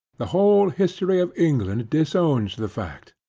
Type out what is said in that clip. the whole history of england disowns the fact.